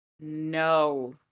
no